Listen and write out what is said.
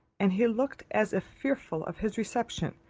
and he looked as if fearful of his reception,